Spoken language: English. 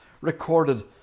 recorded